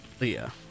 Leah